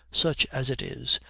such as it is,